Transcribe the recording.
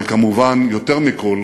אבל כמובן, יותר מכול,